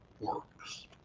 works